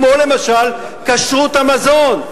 כמו למשל כשרות המזון.